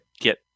get